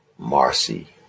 Marcy